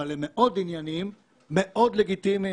אבל הם מאוד עניינים ומאוד לגיטימיים.